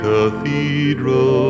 Cathedral